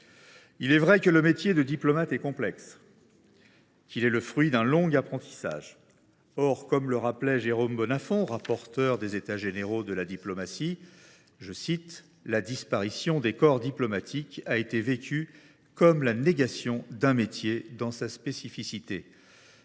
Il est vrai que le métier de diplomate est complexe et qu’il est le fruit d’un long apprentissage. Or, comme le rappelait Jérôme Bonnafont, rapporteur des États généraux de la diplomatie :« La disparition des corps diplomatiques a été vécue comme la négation d’un métier dans sa spécificité.